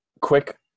quick